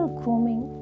grooming